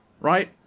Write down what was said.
right